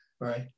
Right